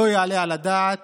לא יעלה על הדעת